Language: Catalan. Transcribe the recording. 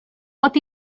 pot